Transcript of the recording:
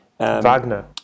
Wagner